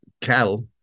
cattle